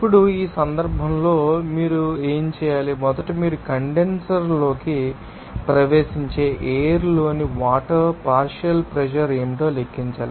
ఇప్పుడు ఈ సందర్భంలో మీరు ఏమి చేయాలి మొదట మీరు కండెన్సర్లోకి ప్రవేశించే ఎయిర్ లోని వాటర్ పార్షియల్ ప్రెషర్ ఏమిటో లెక్కించాలి